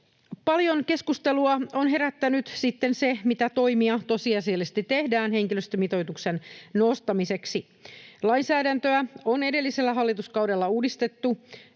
Paljon keskustelua on herättänyt sitten se, mitä toimia tosiasiallisesti tehdään henkilöstömitoituksen nostamiseksi. Lainsäädäntöä on edellisellä hallituskaudella uudistettu